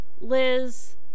Liz